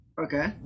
Okay